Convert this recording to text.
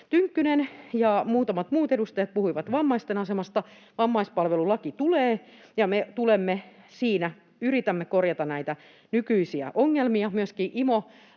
ja muutamat muut edustajat puhuivat vammaisten asemasta. Vammaispalvelulaki tulee, ja me yritämme korjata siinä näitä nykyisiä ongelmia. Myöskin